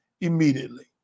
immediately